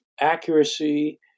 accuracy